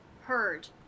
heard